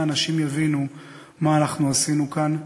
שנים ו-15 שנה אנשים יבינו מה אנחנו עשינו כאן.